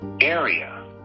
area